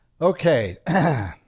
Okay